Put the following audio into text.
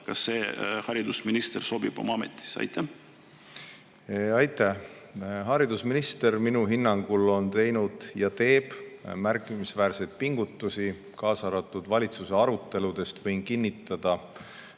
ajal, see haridusminister sobib oma ametisse? Aitäh! Haridusminister minu hinnangul on teinud ja teeb märkimisväärseid pingutusi. Ka valitsuse arutelude kohta võin kinnitada